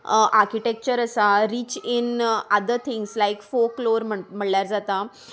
architecture आसा rich in other things like folklore म्हणल्यार जाता